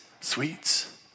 sweets